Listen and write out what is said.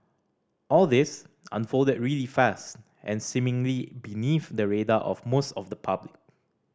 all this unfolded really fast and seemingly beneath the radar of most of the public